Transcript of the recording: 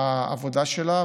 העבודה שלה,